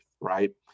right